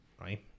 right